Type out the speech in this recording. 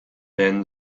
then